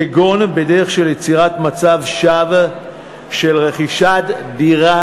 כגון בדרך של יצירת מצג שווא של רכישת דירה